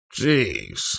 Jeez